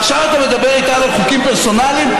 ועכשיו אתה מדבר איתנו על חוקים פרסונליים?